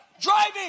driving